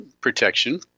protection